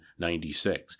1996